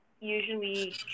usually